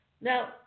Now